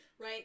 right